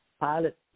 pilot